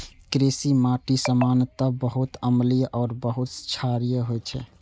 कृषि माटि सामान्यतः बहुत अम्लीय आ बहुत क्षारीय होइ छै